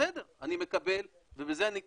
בסדר, אני מקבל ובזה אני אטפל.